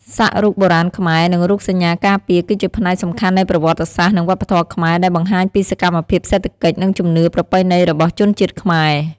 សាក់រូបបុរាណខ្មែរ និងរូបសញ្ញាការពារ គឺជាផ្នែកសំខាន់នៃប្រវត្តិសាស្ត្រ និងវប្បធម៌ខ្មែរ ដែលបង្ហាញពីសកម្មភាពសេដ្ឋកិច្ច និងជំនឿប្រពៃណីរបស់ជនជាតិខ្មែរ។